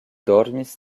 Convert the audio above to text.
dormis